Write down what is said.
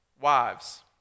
Wives